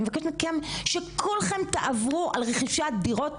אני מבקשת ממכם שכולכם תעברו על רכישת דירות,